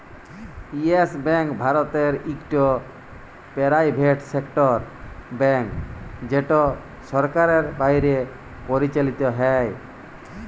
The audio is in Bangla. ইয়েস ব্যাংক ভারতের ইকট পেরাইভেট সেক্টর ব্যাংক যেট সরকারের বাইরে পরিচালিত হ্যয়